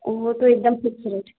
वो तो एकदम फ़िक्स रेट